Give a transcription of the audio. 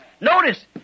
Notice